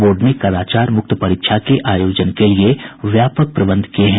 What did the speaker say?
board ने कदाचार मुक्त परीक्षा के आयोजन के लिए व्यापक प्रबंध किये हैं